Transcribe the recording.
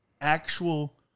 actual